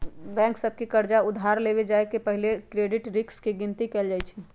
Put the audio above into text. bank सभ के कर्जा उधार देबे जाय से पहिले क्रेडिट रिस्क के गिनति कएल जाइ छइ